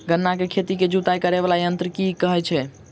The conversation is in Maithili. गन्ना केँ खेत केँ जुताई करै वला यंत्र केँ की कहय छै?